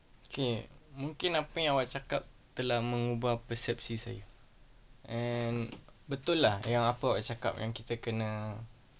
okay mungkin apa yang awak cakap telah mengubah persepsi saya and betul lah yang apa awak cakap yang kita kena